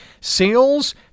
sales